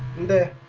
the